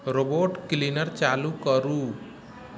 robot cleaner चालू करू